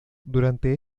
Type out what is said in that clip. durante